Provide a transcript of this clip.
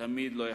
תמיד לא יחשו.